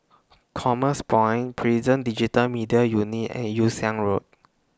Commerce Point Prison Digital Media Unit and Yew Siang Road